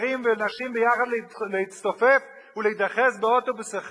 ולנשים ביחד להצטופף ולהידחס באוטובוס אחד?